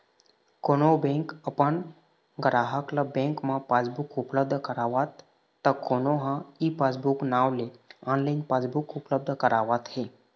कोनो बेंक अपन गराहक ल बेंक म पासबुक उपलब्ध करावत त कोनो ह ई पासबूक नांव ले ऑनलाइन पासबुक उपलब्ध करावत हे